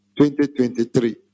2023